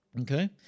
Okay